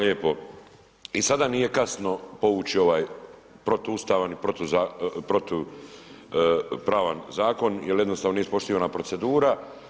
I sada nije kasno povući ovaj protuustavan i protupravan zakon jer jednostavno nije poštivana procedura.